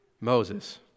Moses